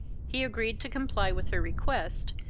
he agreed to comply with her request,